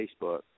Facebook